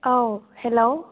औ हेल'